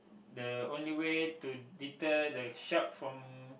the only way to deter the shark from